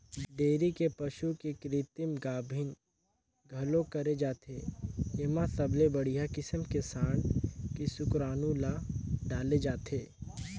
dairy के पसू के कृतिम गाभिन घलोक करे जाथे, एमा सबले बड़िहा किसम के सांड के सुकरानू ल डाले जाथे